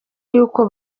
y’uko